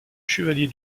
chevalier